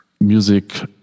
music